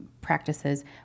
practices